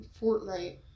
Fortnite